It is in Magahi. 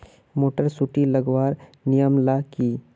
मोटर सुटी लगवार नियम ला की?